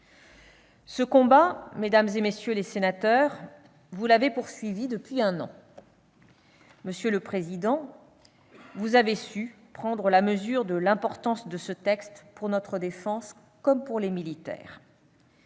Ce combat, mesdames, messieurs les sénateurs, vous l'avez poursuivi depuis un an. Monsieur le président Cambon, vous avez su prendre la mesure de l'importance de ce texte pour notre défense comme pour nos militaires.